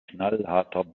knallharter